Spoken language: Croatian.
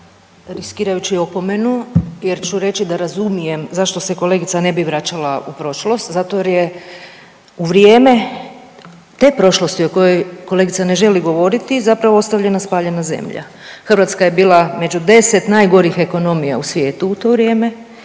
riskirajući opomenu, jer ću reći da razumijem zašto se kolegica ne bi vraćala u prošlost, zato jer je u vrijeme ta prošlost o kojoj kolegica ne želi govoriti zapravo ostavljena spaljena zemlja. Hrvatska je bila među 10 najgorih ekonomija u svijetu u to vrijeme.